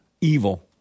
evil